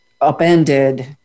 upended